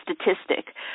statistic